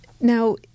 Now